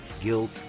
guilt